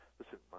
Listen